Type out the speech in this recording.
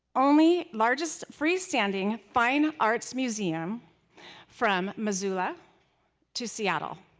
only largest free standing fine arts museum from ma sue la to seattle.